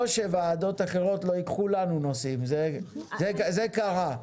שוועדות אחרות לא ייקחו לנו נושאים - זה קרה.